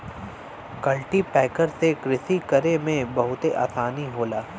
cultipacker से कृषि करे में बहुते आसानी होला